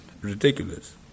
Ridiculous